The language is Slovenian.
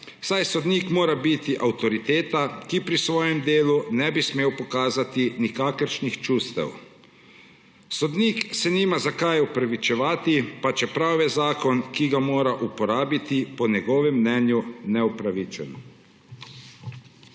biti sodnik avtoriteta, ki pri svojem delu ne bi smela pokazati nikakršnih čustev. Sodnik se nima za kaj opravičevati, pa čeprav je zakon, ki ga mora uporabiti, po njegovem mnenju neupravičen.